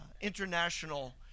international